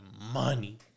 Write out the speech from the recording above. money